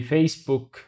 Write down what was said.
Facebook